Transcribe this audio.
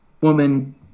woman